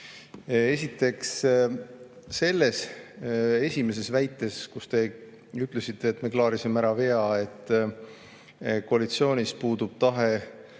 Esiteks, selles esimeses väites te ütlesite, et me klaarisime vea ära ja et koalitsioonis puudub tahe